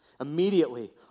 Immediately